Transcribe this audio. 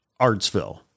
Artsville